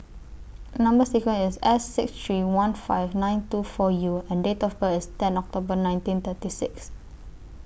Number sequence IS S six three one five nine two four U and Date of birth ten October nineteen thirty six